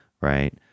Right